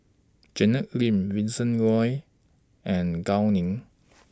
Janet Lim Vincent Leow and Gao Ning